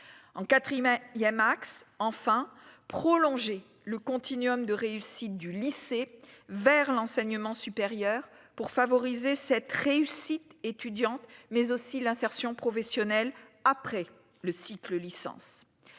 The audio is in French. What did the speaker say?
il y a Max enfin prolonger le continuum de réussite du lycée vers l'enseignement supérieur pour favoriser cette réussite étudiante mais aussi l'insertion professionnelle après le cycle licence